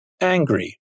angry